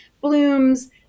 blooms